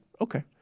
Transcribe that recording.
Okay